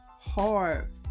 hard